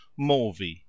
morvi